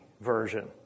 version